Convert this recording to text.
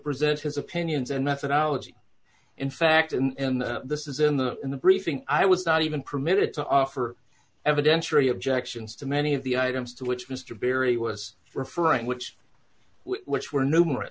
present his opinions and methodology in fact and this is in the in the briefing i was not even permitted to offer evidentiary objections to many of the items to which mr berry was referring which which were numerous